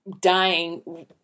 dying